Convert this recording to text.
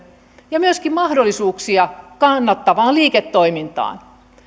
ja myöskin mahdollisuuksia kannattavaan liiketoimintaan